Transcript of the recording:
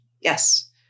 yes